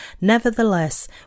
Nevertheless